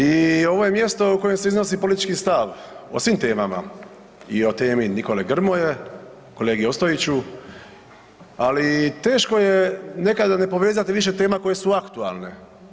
I ovo je mjesto u kojem se iznosi politički stav o svim temama i o temi Nikole Grmoje, kolegi Ostojiću, ali teško je nekada ne povezati više tema koje su aktualne.